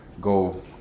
go